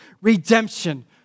redemption